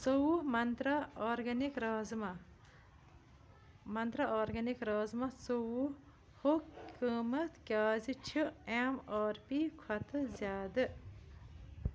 ژوٚوُہ Mantra organic rajma Mantra organic rajma ژوٚوُہ ہُک قۭمَتھ کیٛازِ چھِ اٮ۪م آر پی کھۄتہٕ زیادٕ